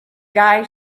guy